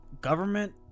government